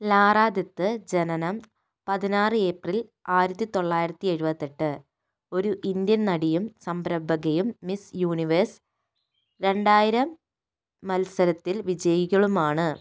Lara Dutta ജനനം പതിനാറ് April ആയിരത്തിത്തൊള്ളായിരത്തി എഴുപത്തെട്ട് ഒരു ഇന്ത്യൻ നടിയും സംരംഭകയും മിസ് യൂണിവേഴ്സ് രണ്ടായിരം മത്സരത്തിൽ വിജയികളുമാണ്